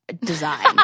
design